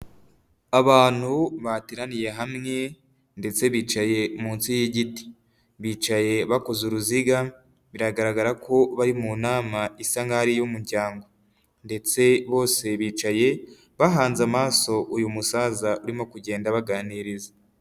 Abantu bateraniye hamwe ndetse bicaye munsi y'igiti, bicaye bakoze uruziga biragaragara ko bari mu nama isa nkaho ari iy'umuryango, ndetse bose bicaye bahanze amaso uyu musaza barimo kugenda baganiriza.